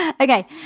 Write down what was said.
okay